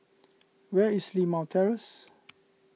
where is Limau Terrace